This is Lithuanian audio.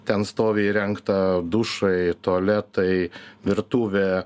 ten stovi įrengta dušai tualetai virtuvė